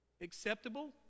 acceptable